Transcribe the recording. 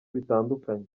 bitandukanye